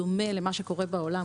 בדומה למה שקורה בעולם,